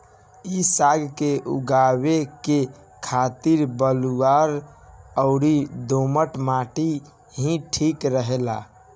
इ साग के उगावे के खातिर बलुअर अउरी दोमट माटी ही ठीक रहेला